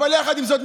אבל יחד עם זאת,